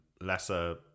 lesser